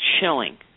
chilling